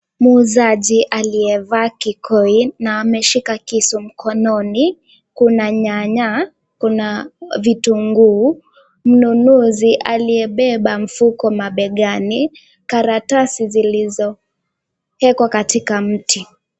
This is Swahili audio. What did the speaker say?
Muuzaji aliyevaa kikoi na ameshika kisu mkononi kuna nyanya, kuna vitunguu mnunuzi aliyebeba mfuko mabegani karasati zilizowekwa katika mti.